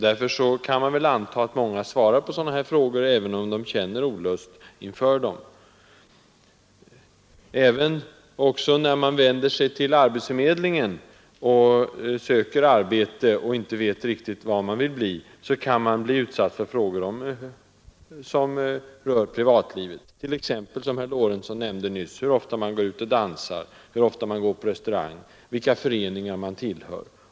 Därför kan man anta att många svarar på sådana frågor, även om de känner olust inför dem. Också när man vänder sig till arbetsförmedlingen för att söka arbete och inte vet riktigt vad man vill bli, kan man bli utsatt för frågor som rör privatlivet — t.ex., som herr Lorentzon nämnde nyss, hur ofta man går ut och dansar, hur ofta man går på restaurang, vilka föreningar man tillhör.